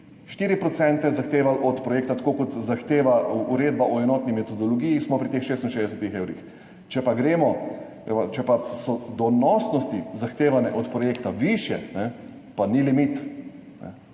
4 % zahtevali od projekta, tako kot zahteva uredba o enotni metodologiji, smo pri teh 66 evrih, če pa so donosnosti zahtevane od projekta višje, pa ni limita.